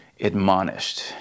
admonished